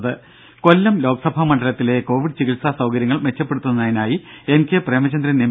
രുര കൊല്ലം ലോക്സഭാ മണ്ഡലത്തിലെ കോവിഡ് ചികിത്സാ സൌകര്യങ്ങൾ മെച്ചപ്പെടുത്തുന്നതിനായി എൻ കെ പ്രേമചന്ദ്രൻ എം